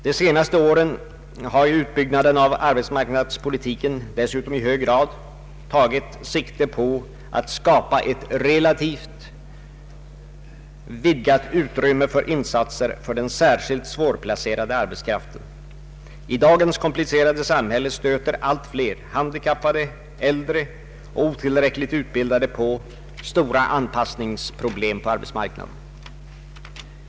De senaste åren har ju utbyggnaden av arbetsmarknadspolitiken dessutom i hög grad tagit sikte på att skapa ett relativt vidgat utrymme för insatser för den särskilt svårplacerade arbetskraften. I dagens komplicerade samhälle stöter allt fler handikappade, äldre och otillräckligt utbildade på stora anpassningsproblem på arbetsmarknaden.